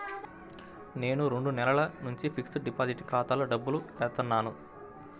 నేను రెండు నెలల నుంచి ఫిక్స్డ్ డిపాజిట్ ఖాతాలో డబ్బులు ఏత్తన్నాను